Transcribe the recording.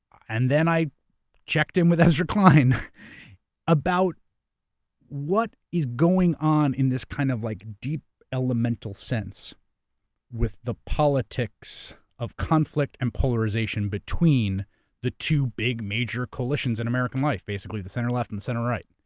and then i checked in with ezra klein about what is going on in this kind of like deep elemental sense with the politics of conflict and polarization between the two big major coalitions in american life, basically, the center left and center right.